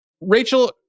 Rachel